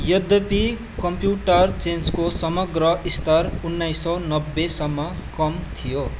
यद्यपि कम्प्युटर चेन्जको समग्र स्तर उन्नाइस सय नब्बेसम्म कम थियो